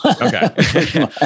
Okay